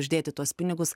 uždėti tuos pinigus